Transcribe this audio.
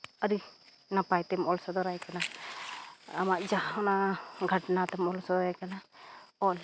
ᱟᱹᱰᱤ ᱱᱟᱯᱟᱭᱛᱮᱢ ᱚᱞ ᱥᱚᱫᱚᱨᱟᱭ ᱠᱟᱱᱟ ᱟᱢᱟᱜ ᱡᱟᱦᱟᱸ ᱚᱱᱟ ᱜᱷᱚᱴᱚᱱᱟᱛᱮᱢ ᱚᱞ ᱥᱚᱫᱚᱨᱟᱭ ᱠᱟᱱᱟ ᱚᱞ